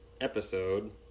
episode